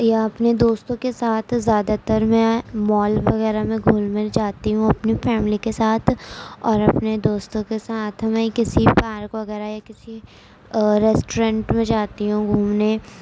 یا اپنے دوستوں کے ساتھ زیادہ تر میں مال وغیرہ میں گھل مل جاتی ہوں اپنی فیملی کے ساتھ اور اپنے دوستوں کے ساتھ میں کسی پارک وغیرہ یا کسی ریسٹورینٹ میں جاتی ہوں گھومنے